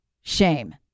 Shame